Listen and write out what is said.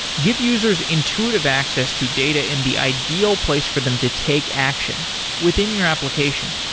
give users intuitive access to data in the ideal place for them to take action within your application.